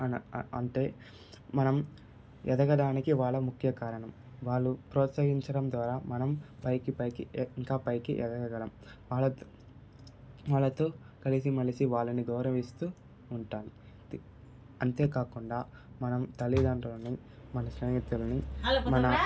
అంటే మనం ఎదగడానికి వాళ్ళు ముఖ్య కారణం వాళ్ళు ప్రోత్సహించడం ద్వారా మనం పైకి పైకి ఇంకా పైకి ఎదగడం వాళ్ల వాళ్లతో కలసి మెలసి వాళ్ళని గౌరవిస్తూ ఉంటాం అంతేకాకుండా మనం తల్లిదండ్రులని మన స్నేహితులని మన